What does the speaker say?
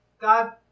God